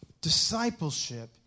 Discipleship